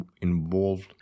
involved